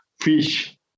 fish